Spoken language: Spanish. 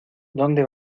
donde